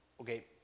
Okay